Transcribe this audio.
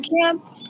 camp